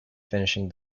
finishing